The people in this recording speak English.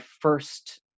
first